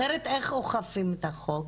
אחרת איך אוכפים את החוק?